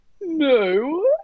No